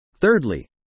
Thirdly